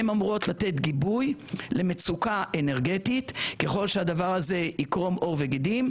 הן אמורות לתת גיבוי למצוקה אנרגטית ככל שהדבר הזה יקרום עור וגידים,